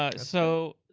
ah so,